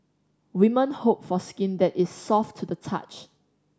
women hope for skin that is soft to the touch